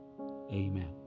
Amen